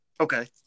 Okay